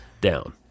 Down